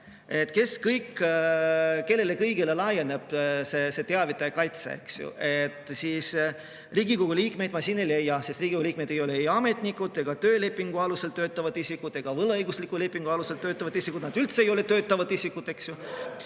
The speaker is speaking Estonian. et kellele kõigile laieneb see teavitaja kaitse, siis Riigikogu liikmeid siit ei leia, sest Riigikogu liikmed ei ole ametnikud ega töölepingu alusel töötavad isikud ega võlaõigusliku lepingu alusel töötavad isikud. Nad nagu üldse ei ole töötavad isikud, eks ju.